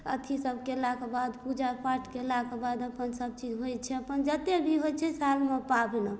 अथी सब केलाके बाद पूजापाठ कयलाके बाद अपन सब चीज होइ छै अपन जते भी होइ छै सालमे पाबनि अपन